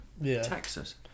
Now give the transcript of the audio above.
Texas